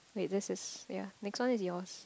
wait this is ya next one is yours